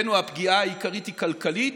אצלנו הפגיעה העיקרית היא כלכלית.